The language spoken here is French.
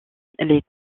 les